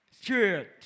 Street